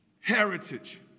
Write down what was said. heritage